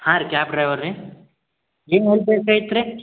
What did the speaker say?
ಹಾಂ ರೀ cab driver ರೀ ಏನು ಹೆಲ್ಪ್ ಬೇಕಾಗಿತ್ತು ರೀ